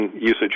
usage